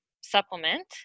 supplement